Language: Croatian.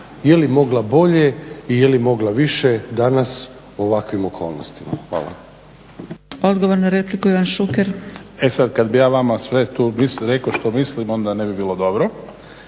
Je li mogla bolje i je li mogla više danas u ovakvim okolnostima. Hvala.